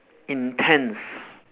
intense